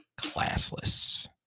classless